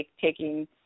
taking